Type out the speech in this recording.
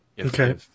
Okay